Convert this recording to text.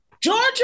Georgia